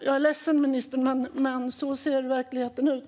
Jag är ledsen, ministern, men så ser verkligheten ut.